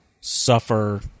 suffer